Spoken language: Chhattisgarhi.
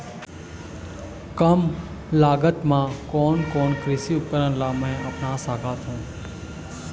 कम लागत मा कोन कोन कृषि उपकरण ला मैं अपना सकथो?